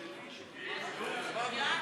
יעל גרמן,